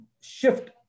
shift